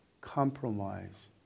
compromise